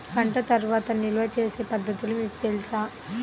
పంట తర్వాత నిల్వ చేసే పద్ధతులు మీకు తెలుసా?